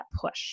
push